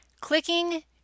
Clicking